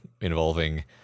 involving